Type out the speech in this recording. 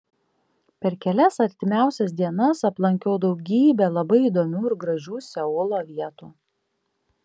per kelias artimiausias dienas aplankiau daugybę labai įdomių ir gražių seulo vietų